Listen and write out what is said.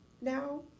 now